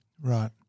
Right